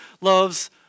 loves